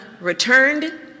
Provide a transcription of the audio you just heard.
returned